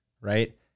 right